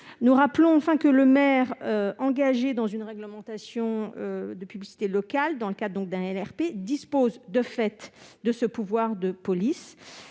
nos concitoyens. En outre, le maire engagé dans une réglementation de publicité locale dans le cadre d'un RLP dispose de fait de ce pouvoir de police.